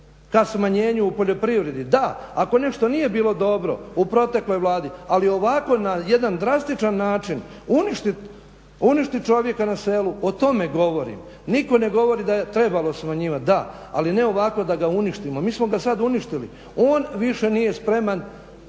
ka smanjenju u poljoprivredi. Da, ako nešto nije bilo dobro u protekloj Vladi ali ovako na jedan drastičan način uništiti čovjeka na selu o tome govorim. Nitko ne govori da je trebalo smanjivati, da. Ali ne ovako da ga uništimo. Mi smo ga sad uništili. On više nije spreman